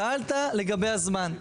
שאלת לגבי הזמן,